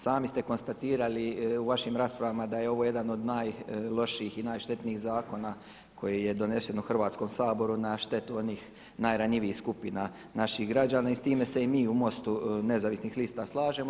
Sami ste konstatirali u vašim raspravama da je ovo jedan od najlošijih i najštetnijih zakona koji je donesen u Hrvatskom saboru na štetu onih najranjivijih skupina naših građana i s time se i mi u MOST-u nezavisnih lista slažemo.